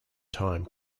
time